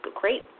great